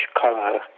color